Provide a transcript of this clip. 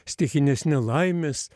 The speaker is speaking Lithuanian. stichinės nelaimės